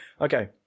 okay